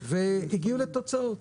והגיעו תוצאות.